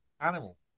Animal